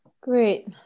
Great